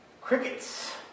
Crickets